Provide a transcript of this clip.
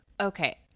Okay